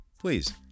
Please